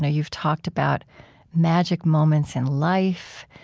you've talked about magic moments in life.